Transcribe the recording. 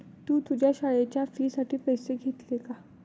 तू तुझ्या शाळेच्या फी साठी पैसे घेतले का?